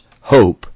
hope